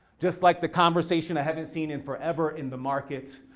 just like the conversation i haven't seen in forever in the market.